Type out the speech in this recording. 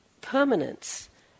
permanence